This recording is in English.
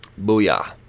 Booyah